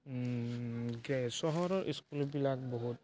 গে চহৰৰ স্কুলবিলাক বহুত